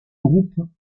groupes